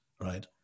right